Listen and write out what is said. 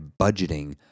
budgeting